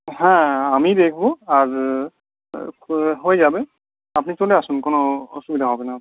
হ্যাঁ আমি দেখব আর আ হয়ে যাবে আপনি চলে আসুন কোন অসুবিধা হবে না আপনার